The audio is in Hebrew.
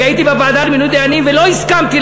אני הייתי בוועדה למינוי דיינים ולא הסכמתי